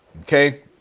okay